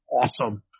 awesome